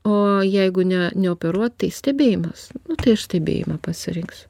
o jeigu ne neoperuot tai stebėjimas tai aš stebėjimą pasirinksiu